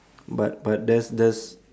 but but there's there's